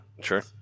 Sure